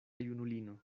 junulino